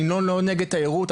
אני לא נגד תיירות,